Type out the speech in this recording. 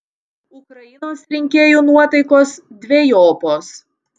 ukrainos rinkėjų nuotaikos dvejopos